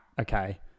okay